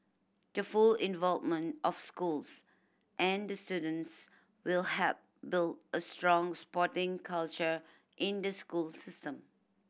the full involvement of schools and students will help build a strong sporting culture in the school system